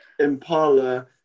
Impala